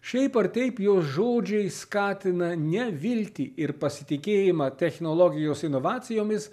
šiaip ar taip jos žodžiai skatina ne viltį ir pasitikėjimą technologijos inovacijomis